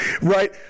Right